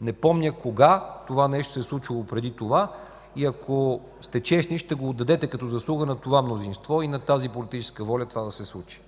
Не помня кога това нещо се е случило преди това и ако сте честни, ще го отдадете като заслуга на това мнозинство и на тази политическа воля това да се случи.